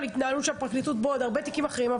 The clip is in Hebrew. התנהלות הפרקליטות בעוד הרבה תיקים אחרים,